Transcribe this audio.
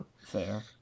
Fair